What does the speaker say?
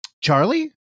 charlie